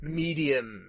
medium